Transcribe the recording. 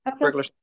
regular